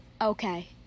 Okay